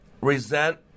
resent